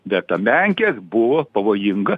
bet ta menkė buvo pavojinga